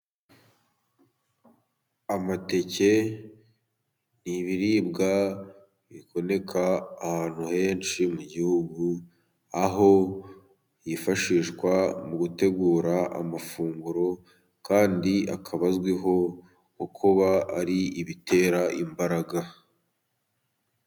Amateke ni ibiribwa biboneka ahantu henshi mu gihugu, aho yifashishwa mu gutegura amafunguro kandi akaba azwiho nko kuba ari ibitera imbaraga.